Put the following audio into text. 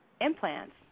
implants